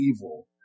evil